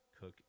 cook